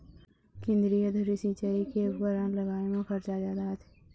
केंद्रीय धुरी सिंचई के उपकरन लगाए म खरचा जादा आथे